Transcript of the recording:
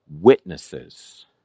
witnesses